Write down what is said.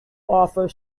offer